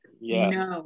yes